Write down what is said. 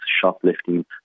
shoplifting